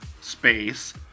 space